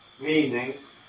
meanings